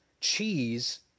cheese